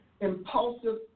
impulsive